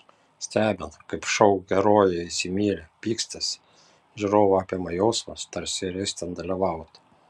stebint kaip šou herojai įsimyli pykstasi žiūrovą apima jausmas tarsi ir jis ten dalyvautų